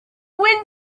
wind